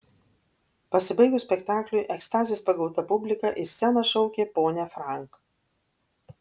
pasibaigus spektakliui ekstazės pagauta publika į sceną šaukė ponią frank